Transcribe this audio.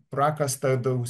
prakasta daus